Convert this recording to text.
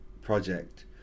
project